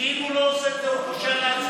כי אם הוא לא עושה את זה הוא פושע לעצמו.